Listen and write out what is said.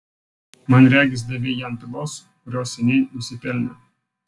man regis davei jam pylos kurios seniai nusipelnė